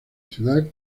ciudad